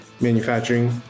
manufacturing